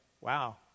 wow